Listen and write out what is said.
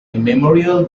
memorial